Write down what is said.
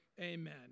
Amen